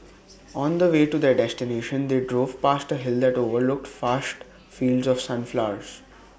on the way to their destination they drove past A hill that overlooked vast fields of sunflowers